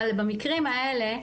אבל במקרים האלה,